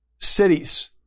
cities